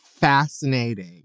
fascinating